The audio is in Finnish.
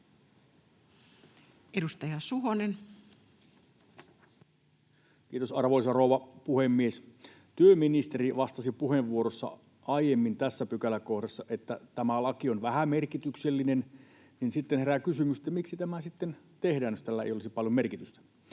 Edustaja Suhonen. Kiitos, arvoisa rouva puhemies! Kun työministeri vastasi puheenvuorossaan aiemmin tässä pykäläkohdassa, että tämä laki on vähämerkityksellinen, niin sitten herää kysymys, miksi tämä sitten tehdään, jos tällä ei ole paljon merkitystä.